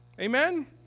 Amen